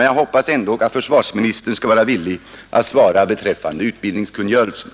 Jag hoppas ändå att försvarsministern skall vara villig att svara beträffande utbildningskungörelsen.